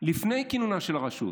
לפני כינונה של הרשות,